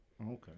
Okay